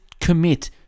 commit